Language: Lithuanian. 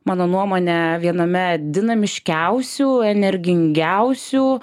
mano nuomone viename dinamiškiausių energingiausių